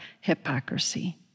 hypocrisy